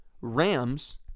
Rams